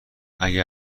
اگه